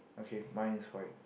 okay my is right